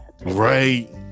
right